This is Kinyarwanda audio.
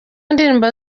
ndirimbo